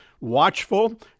watchful